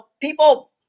people